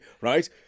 right